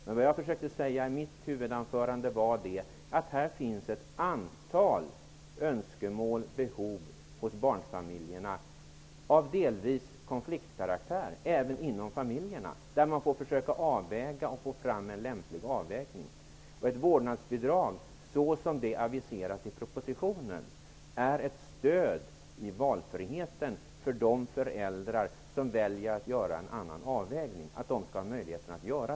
Men jag försökte säga i mitt huvudanförande att här finns ett antal önskemål och behov hos barnfamiljerna som delvis är av konfliktkaraktär. Man måste försöka få fram en lämplig avvägning. Ett vårdnadsbidrag, såsom det aviseras i propositionen, är ett stöd i valfriheten för de föräldrar som väljer att göra en annan avvägning.